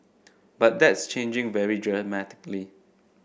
but that's changing very dramatically